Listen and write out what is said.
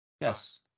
Yes